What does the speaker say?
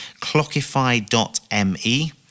clockify.me